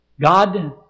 God